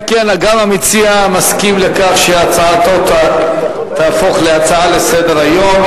גם המציע מסכים לכך שהצעתו תהפוך להצעה לסדר-היום.